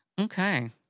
Okay